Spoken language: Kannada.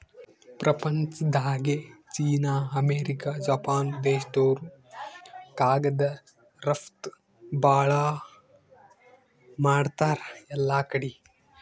ಪ್ರಪಂಚ್ದಾಗೆ ಚೀನಾ, ಅಮೇರಿಕ, ಜಪಾನ್ ದೇಶ್ದವ್ರು ಕಾಗದ್ ರಫ್ತು ಭಾಳ್ ಮಾಡ್ತಾರ್ ಎಲ್ಲಾಕಡಿ